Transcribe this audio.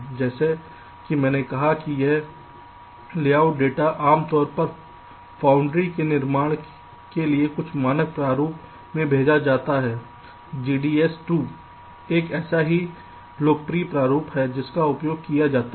जैसा कि मैंने कहा कि यह लेआउट डेटा आमतौर पर फाउंड्री में निर्माण के लिए कुछ मानक प्रारूप में भेजा जाता है GDS2 एक ऐसा ही लोकप्रिय प्रारूप है जिसका उपयोग किया जाता है